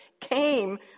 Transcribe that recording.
came